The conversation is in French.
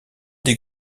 des